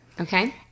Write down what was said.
Okay